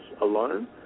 alone